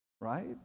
right